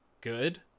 Good